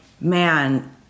man